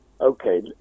okay